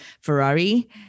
Ferrari